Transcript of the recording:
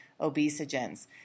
obesogens